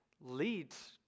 leads